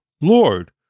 Lord